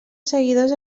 seguidors